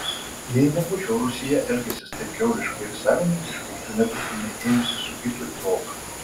jei nebūčiau rūsyje elgęsis taip kiauliškai ir savininkiškai tu nebūtumei ėjusi su hitu į lauką